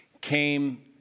came